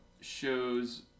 shows